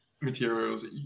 materials